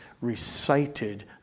recited